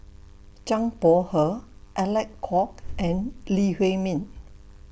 Zhang Bohe Alec Kuok and Lee Huei Min